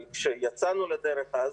כאשר יצאנו לדרך אז,